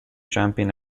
champion